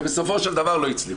ובסופו של דבר לא הצליחו.